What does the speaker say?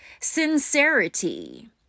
Sincerity